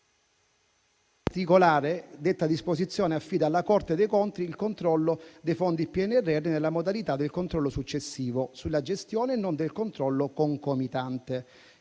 In particolare, detta disposizione affida alla Corte dei conti il controllo dei fondi del PNRR nella modalità del controllo successivo sulla gestione e non di quello del controllo concomitante.